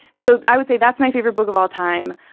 so i would say that's my favorite book of all-time.